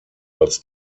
als